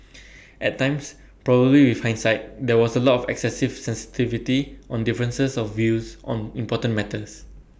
at times probably with hindsight there was A lot of excessive sensitivity on differences of views on important matters